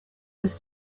was